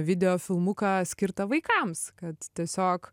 videofilmuką skirta vaikams kad tiesiog